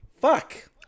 fuck